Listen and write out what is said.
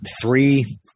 three